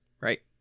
Right